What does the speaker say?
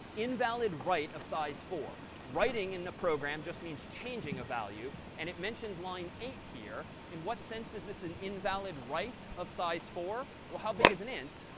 invalid write of size four. writing in program just means changing a value. and it mentioned line eight here. in what sense is this an invalid write of size four? well, how big is an int?